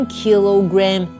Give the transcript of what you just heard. kilogram